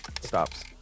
Stops